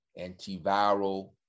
antiviral